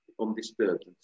undisturbed